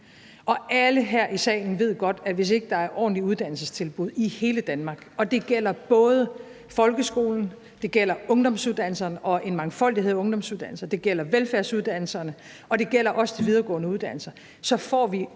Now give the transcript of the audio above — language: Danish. salen ved godt, at hvis ikke der er ordentlige uddannelsestilbud i hele Danmark, og det gælder både folkeskolen, ungdomsuddannelserne – og en mangfoldighed af ungdomsuddannelser – velfærdsuddannelserne og også de videregående uddannelser, så får vi